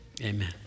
amen